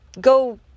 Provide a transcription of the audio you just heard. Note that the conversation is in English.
go